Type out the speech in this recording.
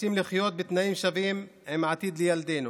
רוצים לחיות בתנאים שווים, עם עתיד לילדינו.